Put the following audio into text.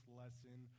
lesson